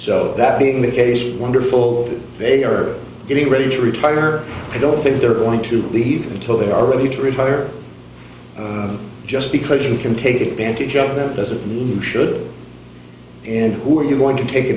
so that being the case was wonderful they are getting ready to retire i don't think they're going to leave until they are ready to retire just because you can take advantage of them doesn't mean you should and who are you want to take